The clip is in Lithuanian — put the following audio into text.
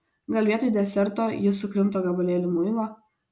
gal vietoj deserto jis sukrimto gabalėlį muilo